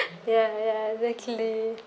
ya ya exactly